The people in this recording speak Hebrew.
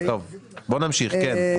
טוב, בואו נמשיך, כן?